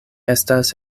estas